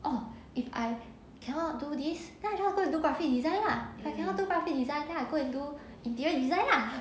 oh if I cannot do this then I can go and do graphic design lah if I cannot take graphic design then I go and do interior design lah